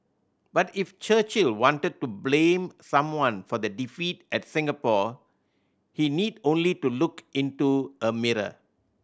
but if Churchill wanted to blame someone for the defeat at Singapore he need only to look into a mirror